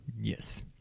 Yes